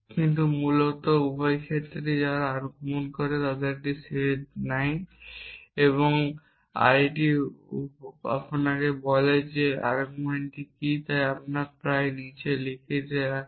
কিন্তু মূলত উভয় ক্ষেত্রেই তারা আর্গুমেন্টের একটি সেট নেয় এবং আরিটি আপনাকে বলে যে আর্গুমেন্টগুলি কী তাই প্রায়ই আমরা নীচে আরিটি লিখি